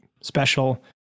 special